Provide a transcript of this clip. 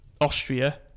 Austria